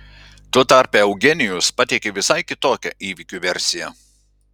tuo tarpu eugenijus pateikė visai kitokią įvykių versiją